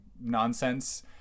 nonsense